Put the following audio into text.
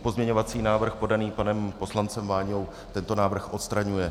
Pozměňovací návrh podaný panem poslancem Váňou tento návrh odstraňuje.